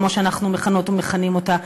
כמו שאנחנו מכנות ומכנים אותה,